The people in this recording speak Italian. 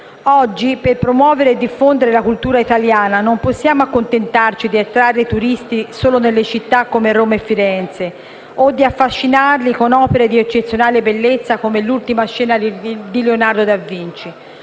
Oggi, per promuovere e diffondere la cultura italiana non possiamo accontentarci di attrarre i turisti solo nelle città come Roma e Firenze o di affascinarli con opere di eccezionale bellezza come «L'ultima cena» di Leonardo da Vinci;